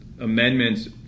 Amendments